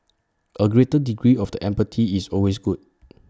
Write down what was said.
A greater degree of the empty is always good